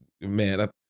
man